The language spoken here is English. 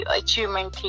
achievement